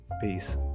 Peace